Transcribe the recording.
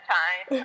time